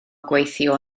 gweithio